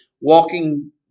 Walking